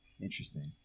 Interesting